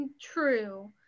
true